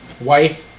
wife